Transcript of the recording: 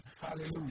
Hallelujah